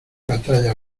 batalla